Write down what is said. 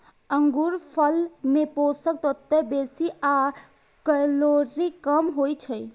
अंगूरफल मे पोषक तत्व बेसी आ कैलोरी कम होइ छै